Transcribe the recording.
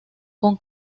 con